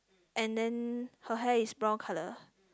and then her hair is brown colour